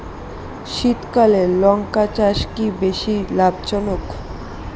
শীতকালে লঙ্কা চাষ কি বেশী লাভজনক?